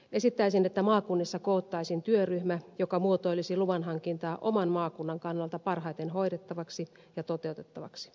esittäisin että maakunnissa koottaisiin työryhmä joka muotoilisi luvan hankintaa oman maakunnan kannalta parhaiten hoidettavaksi ja toteutettavaksi